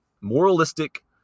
moralistic